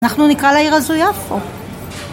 אנחנו נקרא לעיר הזו יפו